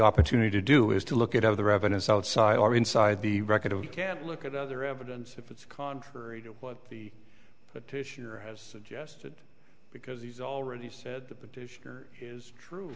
opportunity to do is to look at other evidence outside or inside the record if you can't look at other evidence if it's contrary to what the petitioner has suggested because he's already said that that is true